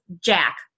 Jack